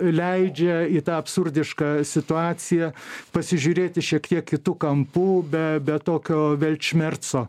leidžia į tą absurdišką situaciją pasižiūrėti šiek tiek kitu kampu be be tokio velčmerco